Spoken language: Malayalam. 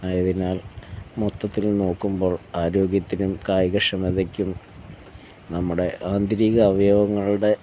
ആയതിനാൽ മൊത്തത്തിൽ നോക്കുമ്പോൾ ആരോഗ്യത്തിനും കായികക്ഷമതയ്ക്കും നമ്മുടെ ആന്തരിക അവയവങ്ങളുടെ